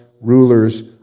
rulers